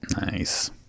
Nice